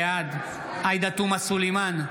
בעד עאידה תומא סלימאן,